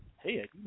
Hey